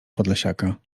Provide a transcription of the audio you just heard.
podlasiaka